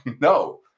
no